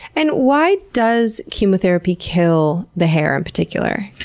and why does chemotherapy kill the hair in particular?